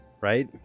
right